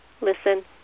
listen